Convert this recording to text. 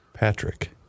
Patrick